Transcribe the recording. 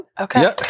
Okay